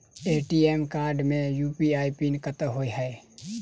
ATM card मे UPI PIN कतह होइ है?